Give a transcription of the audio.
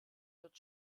wird